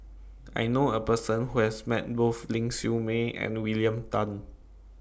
I known A Person Who has Met Both Ling Siew May and William Tan